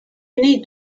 need